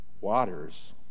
waters